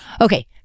Okay